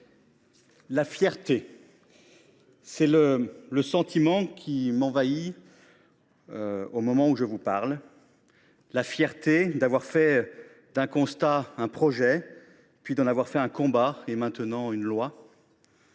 La fierté, tel est le sentiment qui m’envahit au moment où je vous parle : la fierté d’avoir fait d’un constat un projet, puis d’en avoir fait un combat, et maintenant une loi.